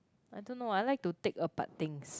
I don't know I like to take apart things